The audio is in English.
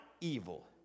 evil